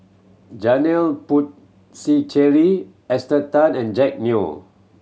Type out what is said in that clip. Janil Puthucheary Esther Tan and Jack Neo